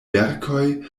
verkoj